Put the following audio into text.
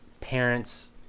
parent's